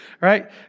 right